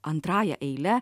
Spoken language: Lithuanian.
antrąja eile